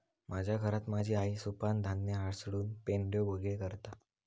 माझ्या घरात माझी आई सुपानं धान्य हासडून पेंढो वेगळो करता